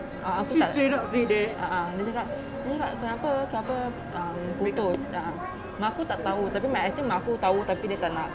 ah aku tak ah ah dia cakap dia cakap kenapa kenapa um putus a'ah mak aku tak tahu tapi I think mak aku tahu tapi dia tak nak